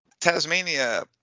Tasmania